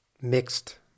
Mixed